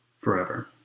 forever